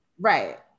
Right